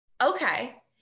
okay